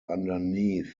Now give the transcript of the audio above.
underneath